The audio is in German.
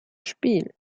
spiel